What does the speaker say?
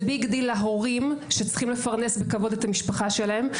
זה ביג דיל להורים שצריכים לפרנס בכבוד את המשפחה שלהם.